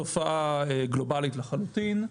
תופעה גלובלית לחלוטין,